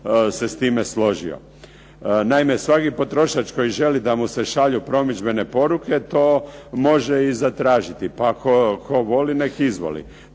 se s time složio. Naime, svaki potrošač koji želi da mu se šalju promidžbene poruke to može i zatražiti. Pa tko voli nek' izvoli!